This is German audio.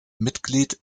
mitglied